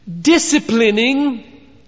disciplining